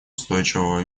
устойчивого